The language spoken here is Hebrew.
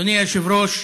אדוני היושב-ראש,